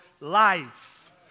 life